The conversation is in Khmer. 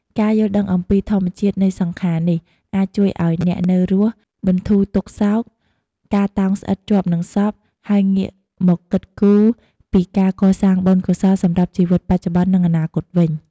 ការយល់ដឹងអំពីធម្មជាតិនៃសង្ខារនេះ អាចជួយឲ្យអ្នកនៅរស់បន្ធូរទុក្ខសោក ការតោងស្អិតជាប់នឹងសព ហើយងាកមកគិតគូរពីការកសាងបុណ្យកុសលសម្រាប់ជីវិតបច្ចុប្បន្ន និងអនាគតវិញ។